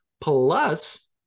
Plus